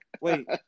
wait